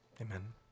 amen